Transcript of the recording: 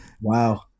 wow